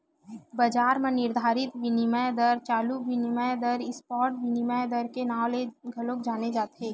बजार म निरधारित बिनिमय दर ल चालू बिनिमय दर, स्पॉट बिनिमय दर के नांव ले घलो जाने जाथे